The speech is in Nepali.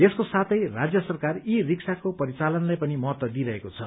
यसको साथै राज्य सरकार ई रिक्साको परिचालनलाई पनि महत्व दिइरहेको छ